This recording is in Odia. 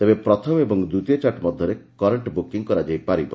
ତେବେ ପ୍ରଥମ ଓ ଦ୍ୱିତୀୟ ଚାର୍ଟ ମଧ୍ୟରେ କରେଣ୍ଟ୍ ବ୍ରକିଂ କରାଯାଇପାରିବ